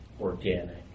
organic